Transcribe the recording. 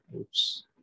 oops